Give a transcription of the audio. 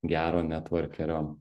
gero netvorkerio